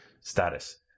status